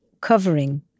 covering